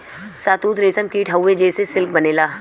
शहतूत रेशम कीट हउवे जेसे सिल्क बनेला